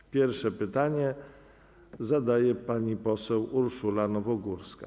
Jako pierwsza pytanie zadaje pani poseł Urszula Nowogórska.